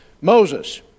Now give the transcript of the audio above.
Moses